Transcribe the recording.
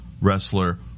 wrestler